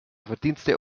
verdienste